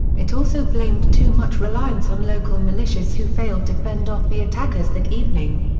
it also blamed too much reliance on local militias who failed to fend off the attackers that evening.